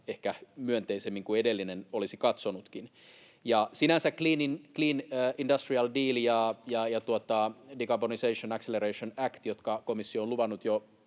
ehkä myönteisemmin kuin edellinen olisi katsonutkin. Sinänsä Clean Industrial Deal ja Decarbonisation Accelerator Act, jotka komissio on luvannut